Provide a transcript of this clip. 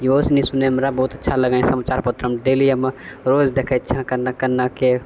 इहो सनी सुनयमे हमरा बहुत अच्छा लगैए समाचार पत्र डेली हमे रोज देखै छियै कन्ने कन्ने के